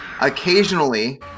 occasionally